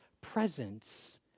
presence